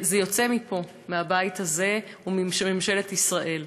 זה יוצא מפה, מהבית הזה ומממשלת ישראל.